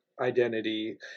identity